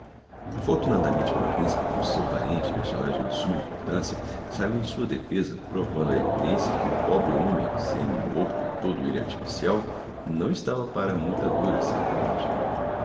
afortunadamente para o principe um seu parente personagem de summa importancia saiu em sua defêsa provando á evidencia que o pobre homem semi morto e todo elle artificial não estava para muita dura certamente